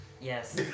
Yes